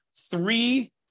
three